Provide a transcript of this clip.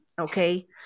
Okay